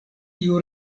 tiu